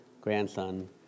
grandson